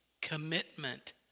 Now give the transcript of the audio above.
commitment